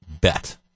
bet